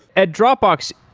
at dropbox,